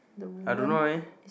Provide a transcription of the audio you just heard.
I don't know eh